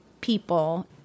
people